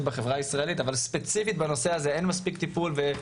בחברה הישראלית אבל ספציפית בנושא הזה אין מספיק טיפול,